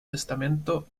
testamento